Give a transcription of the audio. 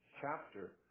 chapter